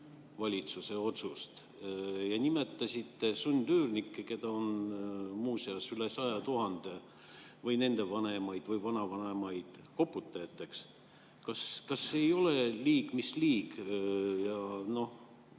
valitsuse otsust ja nimetasite sundüürnikke, keda on muuseas üle 100 000, või nende vanemaid või vanavanemaid koputajateks. Kas see ei ole liig mis liig? Kuidas